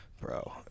bro